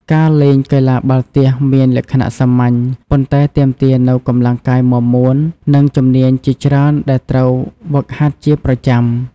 ការលេង កីឡាបាល់ទះ មានលក្ខណៈសាមញ្ញ ប៉ុន្តែទាមទារនូវកម្លាំងកាយមាំមួន និងជំនាញជាច្រើនដែលត្រូវហ្វឹកហាត់ជាប្រចាំ។